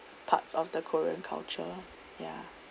parts of the korean culture ya